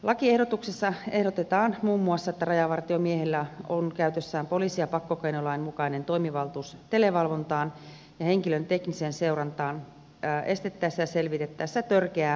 lakiehdotuksessa ehdotetaan muun muassa että rajavartiomiehillä on käytössään poliisi ja pakkokeinolain mukainen toimivaltuus televalvontaan ja henkilön tekniseen seurantaan estettäessä ja selvitettäessä törkeää metsästysrikosta